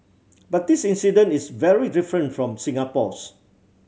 but this incident is very different from Singapore's